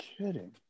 kidding